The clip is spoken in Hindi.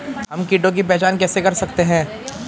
हम कीटों की पहचान कैसे कर सकते हैं?